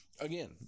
again